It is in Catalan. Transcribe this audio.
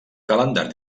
calendari